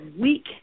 week